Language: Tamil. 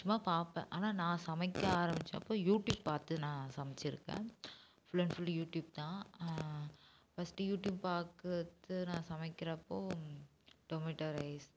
சும்மா பார்ப்பேன் ஆனால் நான் சமைக்க ஆரம்பித்தப்ப யூடியூப் பார்த்து நான் சமைச்சிருக்கேன் ஃபுல் அண்ட் ஃபுல்லி யூடுயூப்தான் ஃபஸ்ட்டு யூடியூப் பார்த்து நான் சமைக்கிறப்போது டொமேட்டோ ரைஸ்